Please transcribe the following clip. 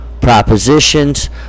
propositions